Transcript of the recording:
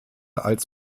als